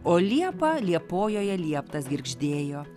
o liepą liepojoje lieptas girgždėjo